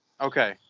Okay